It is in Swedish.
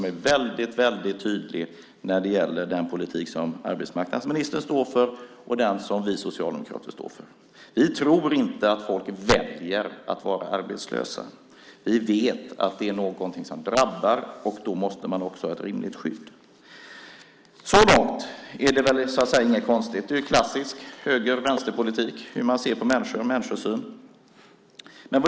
Det är den tydliga skillnaden som finns när det gäller den politik som arbetsmarknadsministern står för och den som vi socialdemokrater står för. Vi tror inte att folk väljer att vara arbetslösa. Vi vet att det är något som drabbar, och då måste man ha ett rimligt skydd. Så långt är det inget konstigt. Det är klassisk höger och vänsterpolitik, det vill säga vilken människosyn man har.